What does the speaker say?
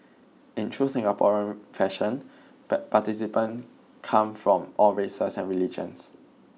in true Singaporean fashion participants come from all races and religions